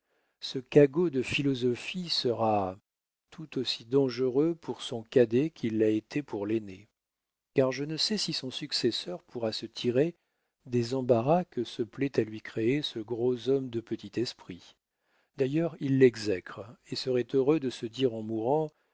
ce cagot de philosophie sera tout aussi dangereux pour son cadet qu'il l'a été pour l'aîné car je ne sais si son successeur pourra se tirer des embarras que se plaît à lui créer ce gros homme de petit esprit d'ailleurs il l'exècre et serait heureux de se dire en mourant